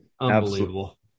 Unbelievable